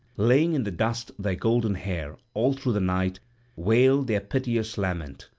laying in the dust their golden hair, all through the night wailed their piteous lament.